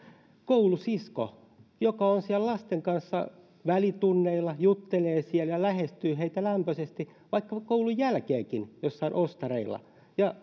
koulusisko joka on siellä lasten kanssa välitunneilla juttelee siellä lähestyy heitä lämpöisesti vaikka koulun jälkeenkin jossain ostareilla ja